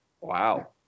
Wow